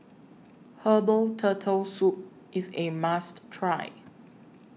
Herbal Turtle Soup IS A must Try